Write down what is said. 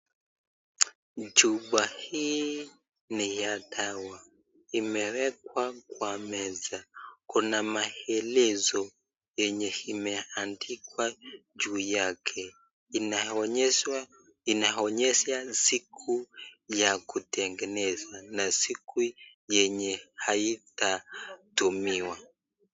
Chupa hii ni ya dawa. Imewekwa kwa meza. Kuna maelezo yenye imeandikwa juu yake. Inaonyesha siku ya kutengenezwa na siku yenye haitatumiwa.